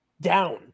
down